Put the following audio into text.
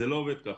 זה לא עובד כך.